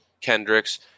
Kendricks